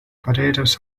potatoes